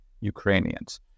Ukrainians